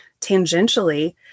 tangentially